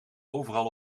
overal